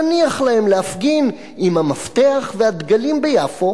נניח להם להפגין עם המפתח והדגלים ביפו,